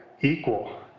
equal